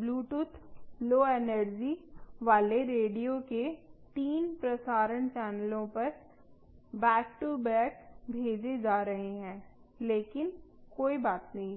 Bluetooth low energy वाले radio के तीन प्रसारण चैनलों पर बैक टू बैक भेजे जा रहे हैं लेकिन कोई बात नहीं